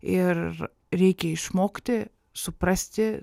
ir reikia išmokti suprasti